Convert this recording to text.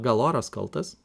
gal oras kaltas